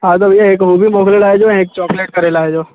हा त भैया हिकु हू बि मोकिले लाहिजो ऐं हिकु चॉकलेट करे लाहिजो